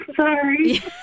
sorry